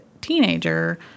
teenager